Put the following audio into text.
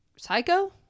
Psycho